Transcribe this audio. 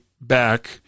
back